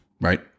right